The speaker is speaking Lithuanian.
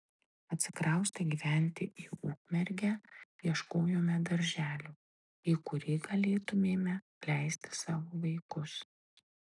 atsikraustę gyventi į ukmergę ieškojome darželio į kurį galėtumėme leisti savo vaikus